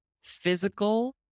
physical